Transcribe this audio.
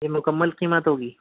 یہ مکمل قیمت ہوگی